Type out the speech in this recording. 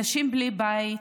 אנשים בלי בית,